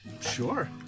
Sure